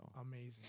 Amazing